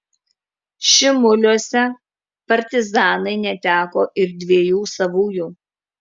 šimuliuose partizanai neteko ir dviejų savųjų